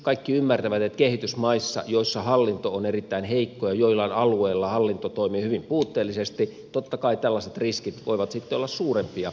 kaikki ymmärtävät että kehitysmaissa joissa hallinto on erittäin heikko ja joillain alueilla hallinto toimii hyvin puutteellisesti totta kai tällaiset riskit voivat sitten olla suurempia